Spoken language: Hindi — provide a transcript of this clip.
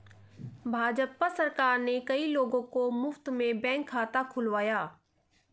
भाजपा सरकार ने कई लोगों का मुफ्त में बैंक खाता खुलवाया